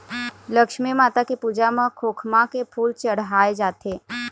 लक्छमी माता के पूजा म खोखमा के फूल चड़हाय जाथे